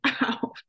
out